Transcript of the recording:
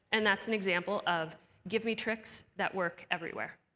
and that's an example of give me tricks that work everywhere.